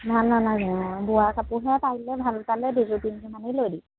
ভাল নালাগে বোৱা কাপোৰহে পাৰিলে ভাল পালে দুযোৰ তিনযোৰ মানেই লৈ দিম